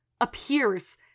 appears